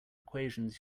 equations